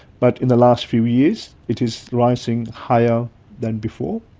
but in the last few years it is rising higher than before.